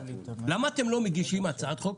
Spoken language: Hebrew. למה אתם לא מגישים הצעת חוק